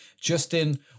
Justin